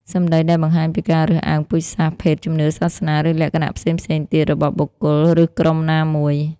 សម្ដីដែលបង្ហាញពីការរើសអើងពូជសាសន៍ ភេទ ជំនឿសាសនា ឬលក្ខណៈផ្សេងៗទៀតរបស់បុគ្គល ឬក្រុមណាមួយ។